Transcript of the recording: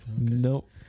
Nope